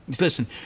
Listen